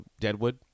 Deadwood